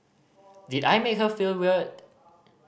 did I make her feel weird